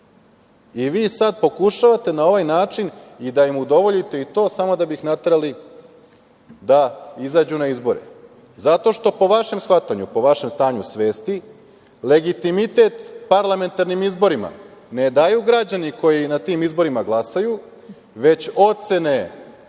vi sad pokušavate na ovaj način i da im udovoljite, i to samo da bi ih naterali da izađu na izbore. Zato što, po vašem shvatanju, po vašem stanju svesti, legitimitet parlamentarnim izborima ne daju građani koji na tim izborima glasaju, već ocene